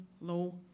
low